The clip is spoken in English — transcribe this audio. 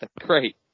great